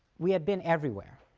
we had been everywhere.